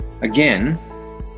Again